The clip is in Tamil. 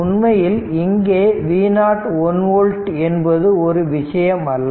உண்மையில் இங்கே V0 1 வோல்ட் என்பது ஒரு விஷயம் அல்ல